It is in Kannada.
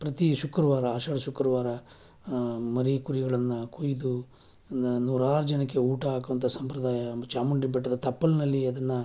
ಪ್ರತಿ ಶುಕ್ರುವಾರ ಆಷಾಢ ಶುಕ್ರವಾರ ಮರಿ ಕುರಿಗಳನ್ನು ಕುಯ್ದು ನೂರಾರು ಜನಕ್ಕೆ ಊಟ ಹಾಕೋವಂಥ ಸಂಪ್ರದಾಯ ಚಾಮುಂಡಿ ಬೆಟ್ಟದ ತಪ್ಪಲಿನಲ್ಲಿ ಅದನ್ನು